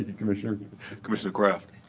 and commissioner commissioner kraft.